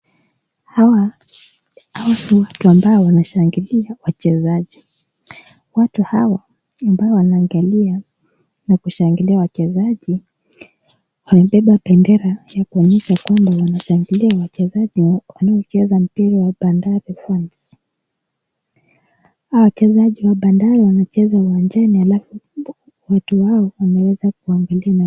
Hawa ni watu ambao wanashangilia wachezaji, watu hawa ambao wanaangalia na kushangilia wachezaji wamebeba nendera ya kuonyesha ya kwamba wanashangilia wachezaji wanaocheza mchezo wa kandanda. Hawa wachezaji wa bandari wanacheza uwanjani alafu watu wao wameweza kuangalia.